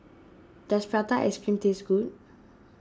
does Prata Ice Cream taste good